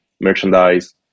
merchandise